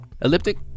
Elliptic